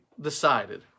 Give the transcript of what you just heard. decided